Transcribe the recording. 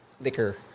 liquor